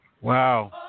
Wow